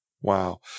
Wow